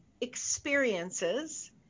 experiences